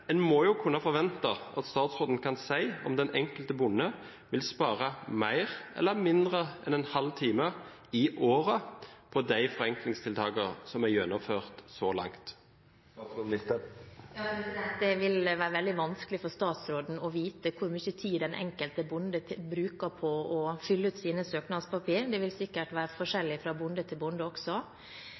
En må kunne forvente at statsråden kan si om den enkelte bonde vil spare mer eller mindre enn en halv time i året på de forenklingstiltakene som er gjennomført så langt. Det er veldig vanskelig for statsråden å vite hvor mye tid den enkelte bonde bruker på å fylle ut sine søknadspapirer. Det vil sikkert være forskjellig fra bonde til bonde også.